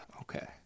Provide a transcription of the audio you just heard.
Okay